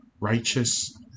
righteous